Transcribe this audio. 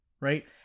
right